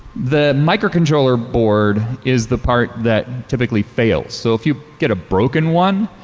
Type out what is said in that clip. the microcontroller board is the part that typically fails. so if you get a broken one,